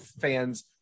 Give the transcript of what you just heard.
fans